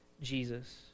Jesus